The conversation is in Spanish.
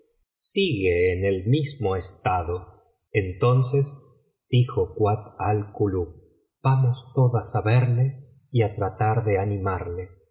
sigue en el mismo estado entonces dijo kuat al kulub vamos todas á verle y á tratar de animarle